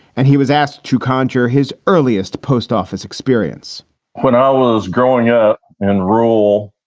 and he was asked to conjure his earliest post office experience when i was growing up and roll,